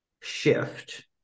shift